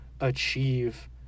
achieve